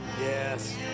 Yes